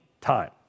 time